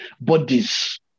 bodies